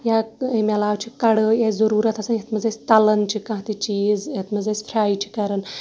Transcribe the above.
یا اَمہِ علاوٕ چھُ کَڑٲی اَسہِ ضرورت آسان یَتھ منٛز أسۍ تَلان چھِ کانہہ تہِ چیز یَتھ منٛز أسۍ فراے چھِ کَران